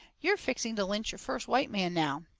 you're fixing to lynch your first white man now.